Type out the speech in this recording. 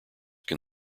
can